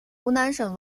湖南省